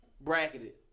bracketed